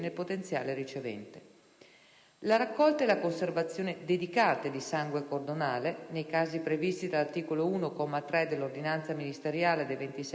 La raccolta e la conservazione dedicate di sangue cordonale (nei casi previsti dall'articolo 1, comma 3, dell'ordinanza ministeriale del 26 febbraio 2009)